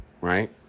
right